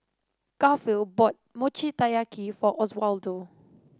Garfield bought Mochi Taiyaki for Oswaldo